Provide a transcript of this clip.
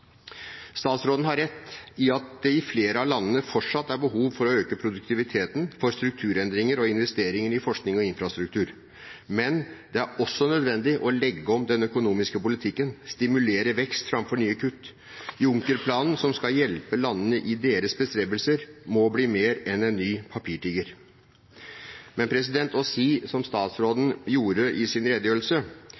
Statsråden har rett i at det i flere av landene fortsatt er behov for å øke produktiviteten, for strukturendringer og investeringer i forskning og infrastruktur, men det er også nødvendig å legge om den økonomiske politikken og stimulere vekst framfor nye kutt. Juncker-planen, som skal hjelpe landene i deres bestrebelser, må bli mer enn en ny papirtiger. Men å si som statsråden gjorde i sin redegjørelse,